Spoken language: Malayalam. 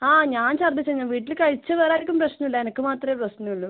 ആ ഞാൻ ഛർദിച്ച് ഞാൻ വീട്ടിൽ കഴിച്ച വേറെ ആർക്കും പ്രശ്നമില്ല എനിക്ക് മാത്രമേ പ്രശ്നം ഉള്ളൂ